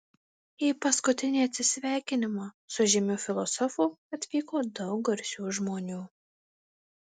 į paskutinį atsisveikinimą su žymiu filosofu atvyko daug garsių žmonių